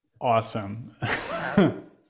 Awesome